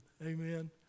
Amen